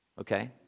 Okay